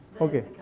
okay